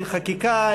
אין חקיקה,